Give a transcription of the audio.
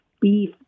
beef